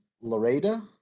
Laredo